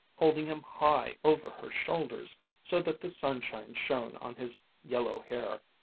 holding him high over her shoulders so that the sunshine shone on his yellow hair,